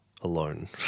alone